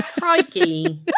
crikey